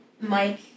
Mike